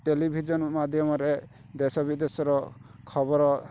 television ମାଧ୍ୟମରେ ଦେଶ ବିଦେଶର ଖବର